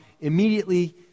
immediately